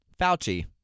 Fauci